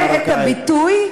אני אתן את הביטוי,